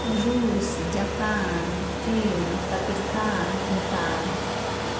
रूस जापान चीन पाकिस्तान भूटान